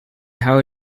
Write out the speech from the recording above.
how